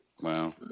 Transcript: wow